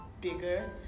bigger